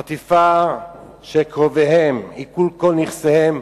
וחטיפה של קרוביהם, עיקול כל נכסיהם